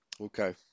Okay